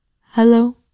Hello